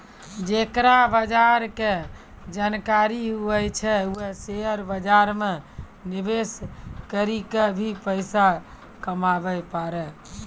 जेकरा बजार के जानकारी हुवै छै वें शेयर बाजार मे निवेश करी क भी पैसा कमाबै पारै